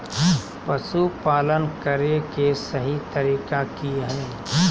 पशुपालन करें के सही तरीका की हय?